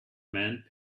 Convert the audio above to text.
man